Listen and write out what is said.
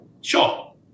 Sure